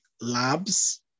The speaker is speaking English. labs